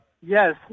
Yes